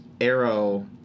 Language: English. Arrow